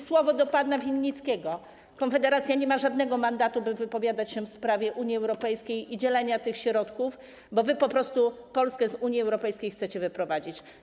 Słowo do pana Winnickiego: Konfederacja nie ma żadnego mandatu, by wypowiadać się w sprawie Unii Europejskiej i dzielenia tych środków, bo wy po prostu Polskę z Unii Europejskiej chcecie wyprowadzić.